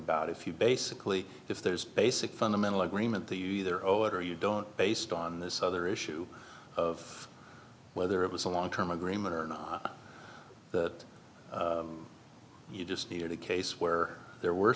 about if you basically if there's a basic fundamental agreement that you there or whether you don't based on this other issue of whether it was a long term agreement or not that you just needed a case where there were